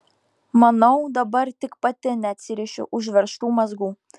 manau dabar tik pati neatsirišiu užveržtų mazgų